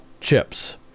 chips